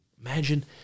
Imagine